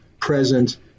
present